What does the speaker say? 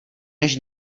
než